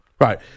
Right